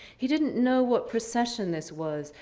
he didn't know what procession this was,